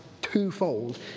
twofold